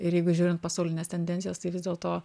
ir jeigu žiūrint pasaulines tendencijas tai vis dėlto